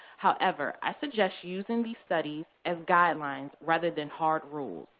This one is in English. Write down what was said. however, i suggest using these studies as guidelines rather than hard rules.